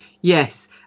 Yes